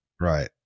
Right